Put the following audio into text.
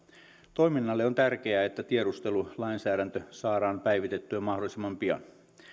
toiminnalle on tärkeää että tiedustelulainsäädäntö saadaan päivitettyä mahdollisimman pian